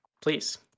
please